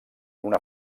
una